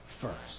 first